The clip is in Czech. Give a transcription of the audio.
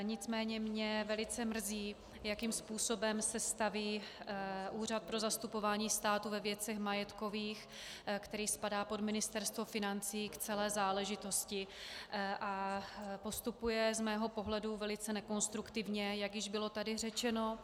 Nicméně mě velice mrzí, jakým způsobem se staví Úřad pro zastupování státu ve věcech majetkových, který spadá pod Ministerstvo financí, k celé záležitosti a postupuje z mého pohledu velice nekonstruktivně, jak již tady bylo řečeno.